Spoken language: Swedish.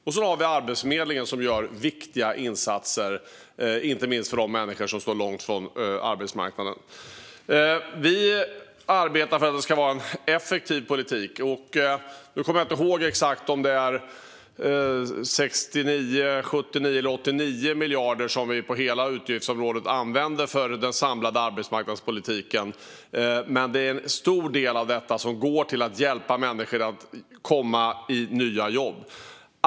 Och så har vi Arbetsförmedlingen som gör viktiga insatser, inte minst för dem som står långt ifrån arbetsmarknaden. Vi arbetar för att det ska vara en effektiv politik. Jag kommer inte ihåg om det är 69, 79 eller 89 miljarder på hela utgiftsområdet som vi använder för den samlade arbetsmarknadspolitiken. Men en stor del av det går till att hjälpa människor att hitta nya jobb.